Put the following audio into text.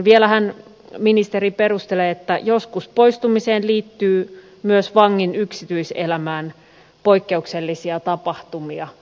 vielä ministeri perustelee että joskus poistumiseen liittyy myös vangin yksityiselämään liittyviä poikkeuksellisia tapahtumia